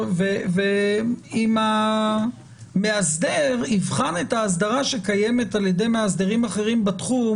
ואם המאסדר יבחר את האסדרה שקיימת על-ידי מאסדרים אחרים בתחום